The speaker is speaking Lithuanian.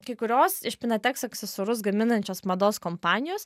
kai kurios iš pinateks aksesuarus gaminančios mados kompanijos